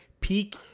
peak